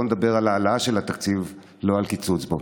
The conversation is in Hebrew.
בוא נדבר על העלאה של התקציב, לא על קיצוץ בו.